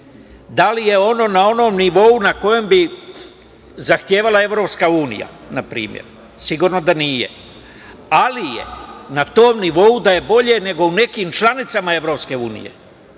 Da li je ono onom nivou na kojem bi zahtevala EU, na primer? Sigurno da nije, ali je na tom nivou da je bolje nego u nekim članicama EU.